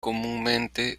comúnmente